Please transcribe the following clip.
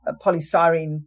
polystyrene